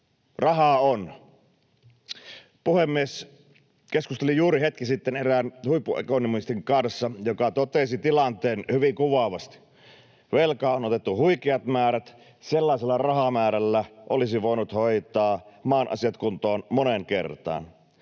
”rahaa on”. Puhemies! Keskustelin juuri hetki sitten erään huippuekonomistin kanssa, joka totesi tilanteen hyvin kuvaavasti, että velkaa on otettu huikeat määrät, sellaisella rahamäärällä olisi voinut hoitaa maan asiat kuntoon moneen kertaan.